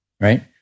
right